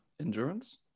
Endurance